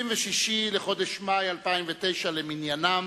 26 בחודש מאי 2009 למניינם,